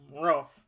rough